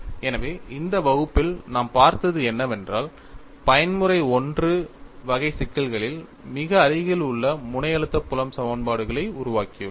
எனவே இந்த வகுப்பில் நாம் பார்த்தது என்னவென்றால் பயன்முறை I வகை சிக்கல்களில் மிக அருகில் உள்ள முனை அழுத்த புலம் சமன்பாடுகளை உருவாக்கியுள்ளோம்